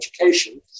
education